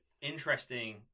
interesting